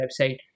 website